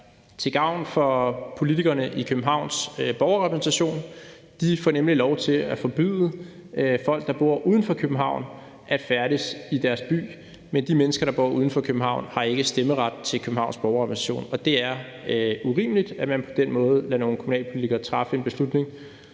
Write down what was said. til gavn for politikerne i Københavns Borgerrepræsentation. De får nemlig lov til at forbyde folk, der bor uden for København, at færdes i deres by. Men de mennesker, der bor uden for København, har ikke stemmeret til Københavns Borgerrepræsentation, og det er urimeligt, at man på den måde lader nogle kommunalpolitikere træffe en beslutning,